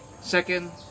Second